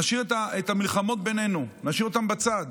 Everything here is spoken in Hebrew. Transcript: המלחמות בינינו, נשאיר אותן בצד.